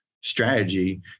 strategy